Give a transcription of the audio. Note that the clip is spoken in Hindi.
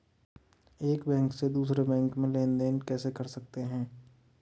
एक बैंक से दूसरे बैंक में लेनदेन कैसे कर सकते हैं?